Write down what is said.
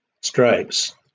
stripes